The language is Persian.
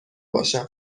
باشم